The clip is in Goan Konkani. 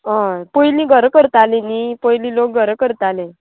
हय पयलीं घरां करतालीं न्ही पयलीं लोक घर करतालें